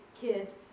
kids